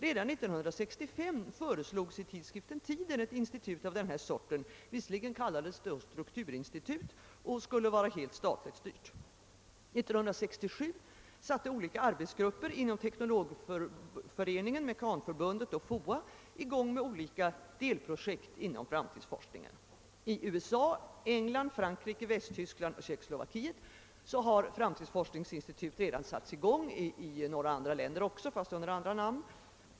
Redan 1965 föreslogs i tidskriften Tiden ett institut av denna art, låt vara att det kallades strukturinstitut och skulle vara helt statligt styrt. år 1967 satte arbetsgrupper inom Teknologföreningen, Mekanförbundet och FOA i gång med olika delprojekt inom framtidsforskningen. I USA, England, Frankrike, Västtyskland och Tjeckoslovakien har framtidsforskningsinstitut redan satts i gång, liksom i några andra länder, ehuru under andra namn.